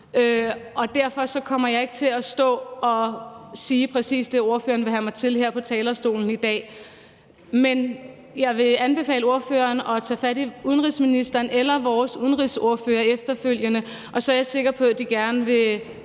Derfor kommer jeg ikke til at stå og sige præcis det, ordføreren vil have mig til, her på talerstolen i dag. Men jeg vil anbefale ordføreren at tage fat i udenrigsministeren eller vores udenrigsordfører efterfølgende, og så er jeg sikker på, at de gerne vil